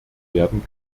werden